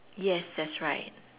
yes that's right